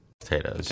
Potatoes